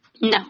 No